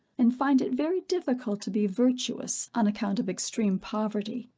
and find it very difficult to be virtuous, on account of extreme poverty,